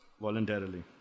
voluntarily।